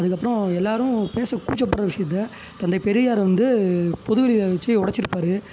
அதுக்கப்புறம் எல்லாரும் பேசக் கூச்சப்படுற விஷயத்தை தந்தைப் பெரியார் வந்து பொது வெளியில வச்சி உடச்சிருப்பாரு